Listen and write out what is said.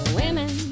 women